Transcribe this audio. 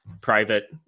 private